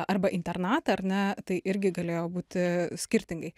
arba internatą ar ne tai irgi galėjo būti skirtingai